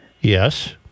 Yes